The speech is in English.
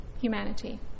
humanity